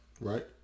Right